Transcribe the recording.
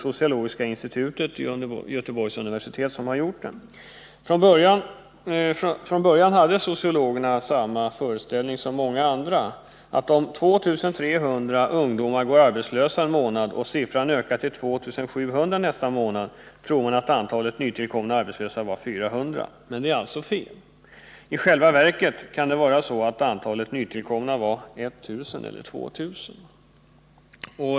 Sociologiska institutionen vid Göteborgs universitet, som har gjort undersökningen, säger bl.a. att sociologerna från början hade samma uppfattning som många andra, nämligen, att om 2 300 ungdomar går arbetslösa en månad och siffran ökar till 2 700 nästa månad, är antalet nytillkomna arbetslösa 400. Men det är fel. I själva verket kan antalet nytillkomna arbetslösa vara 1 000 eller 2 000.